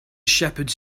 shepherds